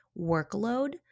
workload